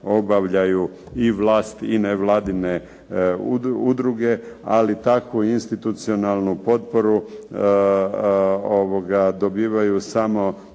obavljaju i vlast i nevladine udruge. Ali takvu institucionalnu potporu dobivaju samo